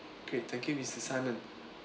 okay thank you mister simon